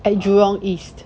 at jurong east